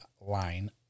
line